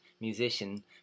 musician